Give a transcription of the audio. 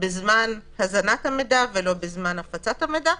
בזמן הזנת המידע ולא בזמן הפצת המידע,